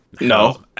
No